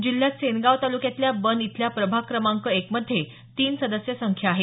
जिल्ह्यात सेनगाव तालुक्यातल्या बन इथल्या प्रभाग क्रमांक एक मध्ये तीन सदस्य संख्या आहे